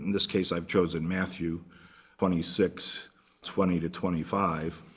this case, i've chosen matthew twenty six twenty to twenty five.